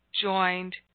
joined